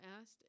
asked